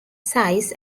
size